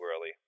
early